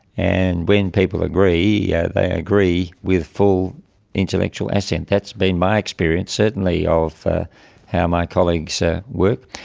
and when people agree, yeah they agree with full intellectual assent that's been my experience, certainly of ah how my colleagues work.